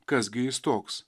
kas gi jis toks